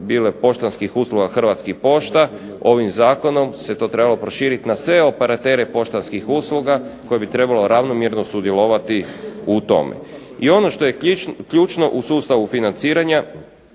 bile poštanskih usluga Hrvatskih pošta. Ovim zakonom se to trebalo proširit na sve operatere poštanskih usluga koji bi trebali ravnomjerno sudjelovati u tome. I ono što je ključno u sustavu financiranja